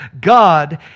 God